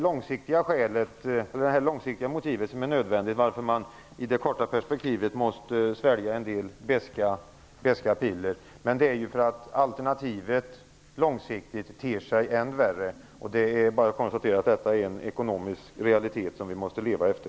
Det är det långsiktiga motivet till varför det i det korta perspektivet är nödvändigt att svälja en del beska piller. Det är för att alternativet långsiktigt ter sig än värre. Det är bara att konstatera att detta är en ekonomisk realitet som vi måste leva efter.